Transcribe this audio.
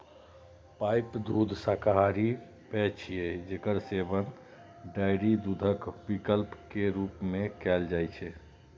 pipe दूध शाकाहारी पेय छियै, जेकर सेवन डेयरी दूधक विकल्प के रूप मे कैल जाइ छै